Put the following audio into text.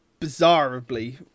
bizarrely